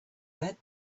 read